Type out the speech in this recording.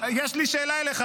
למה?